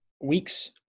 weeks